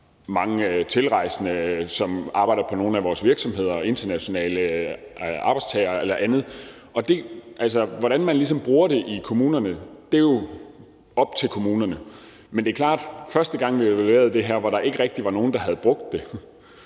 mange tilrejsende, som arbejder på nogle af vores virksomheder – internationale arbejdstagere eller andet. Og hvordan man ligesom bruger det i kommunerne, er jo op til kommunerne; men det er klart, at første gang vi evaluerede det her, hvor der ikke rigtig var nogen, der havde brugt det,